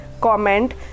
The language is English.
comment